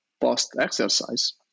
post-exercise